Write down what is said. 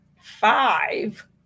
five